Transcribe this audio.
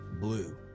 blue